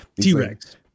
T-Rex